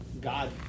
God